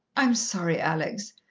i'm sorry, alex,